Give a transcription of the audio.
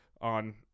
on